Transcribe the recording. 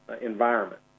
environment